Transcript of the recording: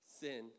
sin